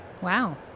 Wow